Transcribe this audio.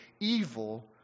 evil